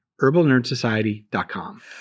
herbalnerdsociety.com